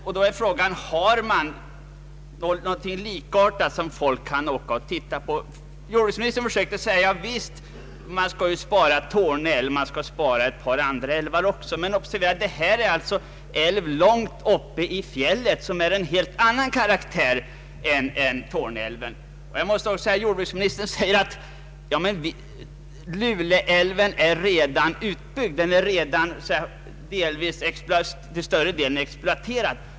Har vi sedan kvar någon likartad natur? Jordbruksministern sade att man skall spara Torne älv och ett par andra älvar. Men observera att det här gäller en älv långt uppe i fjällen och av helt annan karaktär än Torne älv. Jordbruksministern säger också att Lule älv redan är till stor del exploaterad.